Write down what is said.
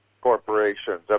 corporations